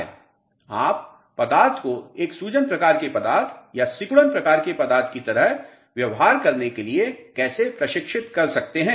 आप पदार्थ को एक सूजन प्रकार के पदार्थ या सिकुड़न प्रकार के पदार्थ की तरह व्यवहार करने के लिए कैसे प्रशिक्षित कर सकते हैं